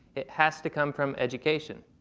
it has to come from education.